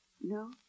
No